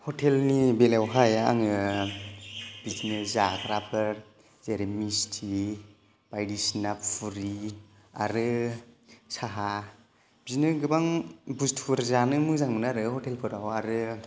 हटेलनि बेलायावहाय आङो बिदिनो जाग्राफोर जेरै मिस्ति बायदिसिना फुरि आरो साहा बिदिनो गोबां बुस्तुफोर जानो मोजां मोनो आरो हटेलफोराव आरो